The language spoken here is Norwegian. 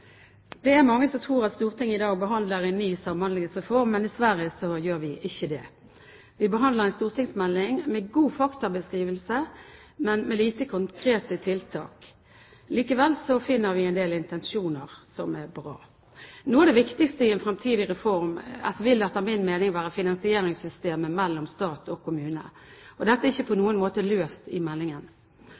Det er mange som tror at Stortinget i dag behandler en ny samhandlingsreform, men dessverre gjør vi ikke det. Vi behandler en stortingsmelding med god faktabeskrivelse, men med lite konkrete tiltak. Likevel finner vi en del intensjoner som er bra. Noe av det viktigste i en fremtidig reform vil etter min mening være finansieringssystemet, mellom stat og kommune. Dette er ikke på noen måte løst i meldingen.